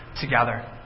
together